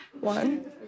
one